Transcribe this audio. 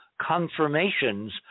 confirmations